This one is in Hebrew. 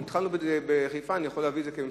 אם התחלנו בחיפה, אני יכול להביא את חיפה בהמשך.